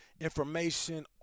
information